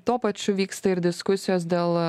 tuo pačiu vyksta ir diskusijos dėl